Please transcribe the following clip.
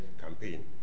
campaign